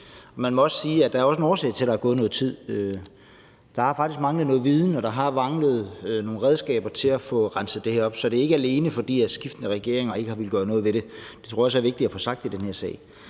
man må sige, at der også er en årsag til, at der er gået noget tid. Der har faktisk manglet noget viden, og der har manglet nogle redskaber til at få renset det op. Så det er ikke alene, fordi skiftende regeringer ikke har villet gøre noget ved det – det tror jeg også er vigtigt at få sagt i den her sag.